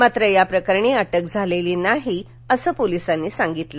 मात्र या प्रकरणी अटक झालेली नाही असं पोलिसांनी सांगितलं